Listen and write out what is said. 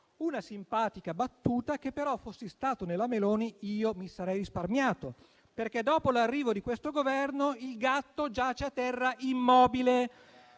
una simpatica battuta che però, fossi stato nella Meloni, mi sarei risparmiato, perché dopo l'arrivo di questo Governo il gatto giace a terra immobile.